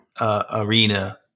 arena